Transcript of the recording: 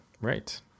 Right